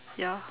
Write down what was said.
ya